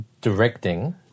directing